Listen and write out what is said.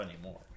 anymore